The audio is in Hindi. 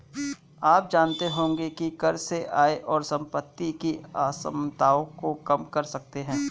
आप जानते होंगे की कर से आय और सम्पति की असमनताओं को कम कर सकते है?